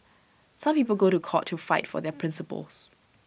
some people go to court to fight for their principles